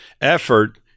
effort